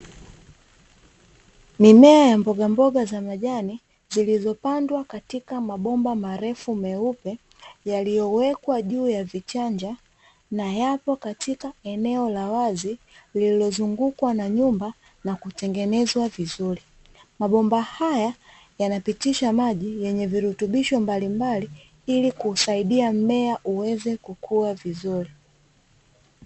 Mimea ya mbogamboga za majani, zilizopandwa katika mabomba marefu meupe, yaliyowekwa juu ya vichanja na yapo katika eneo la wazi lililozungukwa na nyumba na kutengenezwa vizuri. Mabomba haya yanapitisha maji yenye virutubisho mbalimbali, ili kuusaidia mmea uweze kukua vizuri.